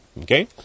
Okay